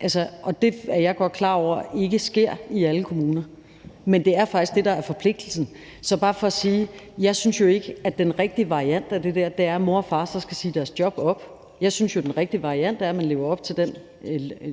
præcis den situation i min private omgangskreds, der bliver nævnt her. Så det er bare for at sige: Jeg synes ikke, at den rigtige variant af det der er, at mor og far så skal sige deres job op. Jeg synes jo, at den rigtige variant er, at man lever op til den